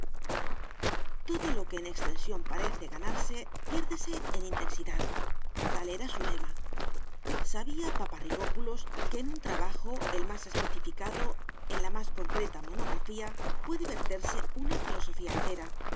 todo lo que en extensión parece ganarse piérdese en intensidad tal era su lema sabía paparrigópulos que en un trabajo el más especificado en la más concreta monografía puede verterse una filosofía entera